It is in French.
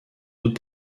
doute